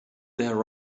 there